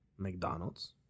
mcdonald's